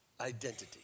identity